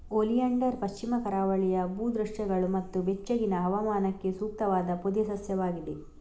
oleander ಪಶ್ಚಿಮ ಕರಾವಳಿಯ ಭೂ ದೃಶ್ಯಗಳು ಮತ್ತು ಬೆಚ್ಚಗಿನ ಹವಾಮಾನಕ್ಕೆ ಸೂಕ್ತವಾದ ಪೊದೆ ಸಸ್ಯವಾಗಿದೆ